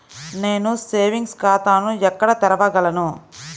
నేను సేవింగ్స్ ఖాతాను ఎక్కడ తెరవగలను?